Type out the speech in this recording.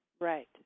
Right